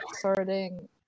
Sorting